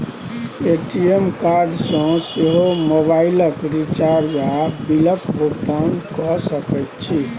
ATM card सँ सेहो मोबाइलक रिचार्ज आ बिलक भुगतान कए सकैत छी